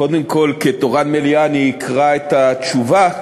קודם כול, כתורן מליאה, אני אקרא את התשובה,